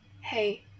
Hey